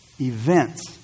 events